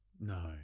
No